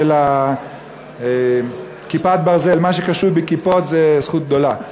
של "כיפת ברזל" מה שקשור בכיפות זה זכות גדולה.